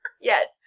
Yes